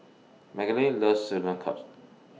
Magdalene loves Sauerkraut